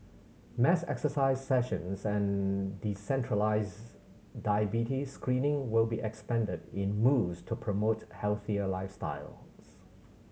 mass exercise sessions and decentralised diabetes screening will be expanded in moves to promote healthier lifestyles